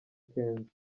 kenzo